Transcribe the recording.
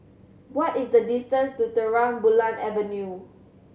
what is the distance to Terang Bulan Avenue